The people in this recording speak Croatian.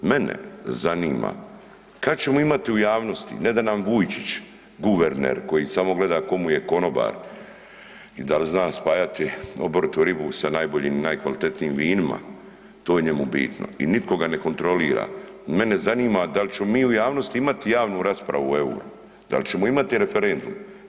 Mene zanima kada ćemo imati u javnosti, ne da nam Vujčić guverner koji samo gleda tko mu je konobar i dal zna spajati oboritu ribu sa najboljim i najkvalitetnijim vinima, to je njemu bitno i nitko ga ne kontrolira, mene zanima da li ćemo mi u javnosti imati javnu raspravu o euru, da li ćemo imati referendum?